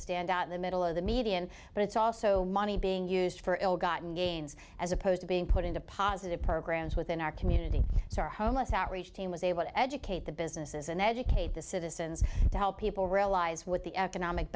stand out in the middle of the median but it's also money being used for ill gotten gains as opposed to being put into positive programs within our community so our homeless outreach team was able to educate the businesses and educate the citizens to help people realize what the economic